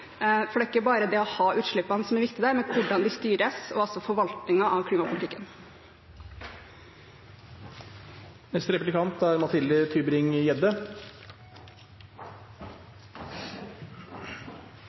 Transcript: om. Det er ikke bare utslippene som er viktig, men hvordan de styres og også forvaltningen av